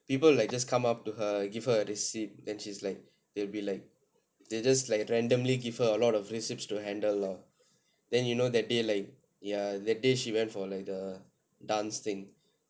people like just come up to her give her a receipt then she's like they'll be like they just like randomly give her a lot of receipts to handle lor then you know that day like ya that day she went for like the dance thing